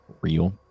real